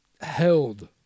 held